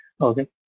okay